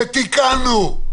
ותיקנו.